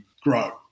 grow